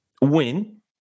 win